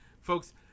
Folks